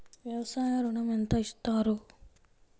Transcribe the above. వ్యవసాయ ఋణం ఎంత ఇస్తారు?